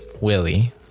Willie